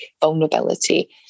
vulnerability